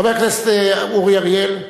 חבר הכנסת אורי אריאל,